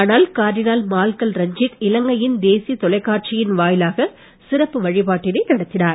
ஆனால் cardinal Malcolm Ranjith இலங்கையின் தேசிய தொலாக்காட்சியின் வாயிலாக சிறப்பு வழிபாட்டினை நடத்தினார்